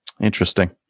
Interesting